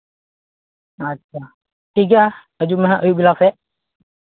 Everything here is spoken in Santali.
ᱟᱪᱪᱷᱟ ᱴᱷᱤᱠ ᱜᱮᱭᱟ ᱦᱟᱹᱡᱩᱜ ᱢᱮ ᱦᱟᱸᱜ ᱟᱹᱭᱩᱵ ᱵᱮᱞᱟ ᱥᱮᱫ